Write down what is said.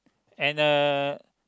and uh